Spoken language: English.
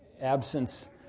Absence